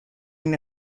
and